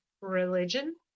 religion